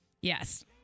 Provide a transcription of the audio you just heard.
yes